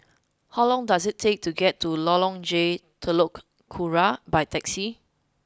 how long does it take to get to Lorong J Telok Kurau by taxi